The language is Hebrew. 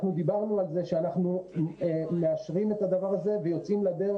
אנחנו דיברנו על כך ואמרנו שאנחנו מאשרים את הדבר הזה ויוצאים לדרך.